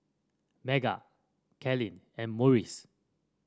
Meggan Kylene and Morris